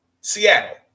Seattle